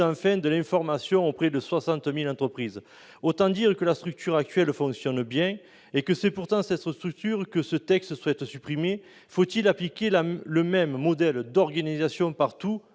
de l'information auprès de 60 000 entreprises. Autant dire que la structure actuelle fonctionne bien. Pourtant, ce texte souhaite la supprimer. Faut-il appliquer le même modèle d'organisation partout